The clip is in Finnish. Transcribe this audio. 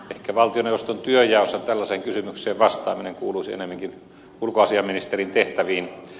ehkä valtioneuvoston työnjaossa tällaiseen kysymykseen vastaaminen kuuluisi ennemminkin ulkoasiainministerin tehtäviin